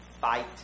fight